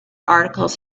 articles